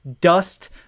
Dust